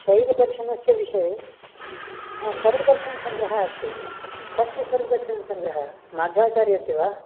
शैवदर्शनस्य विषये हा सर्वदर्शनसङ्ग्रहः अस्ति कस्य सर्वदर्शनसङ्ग्रहः माध्वाचार्यस्य वा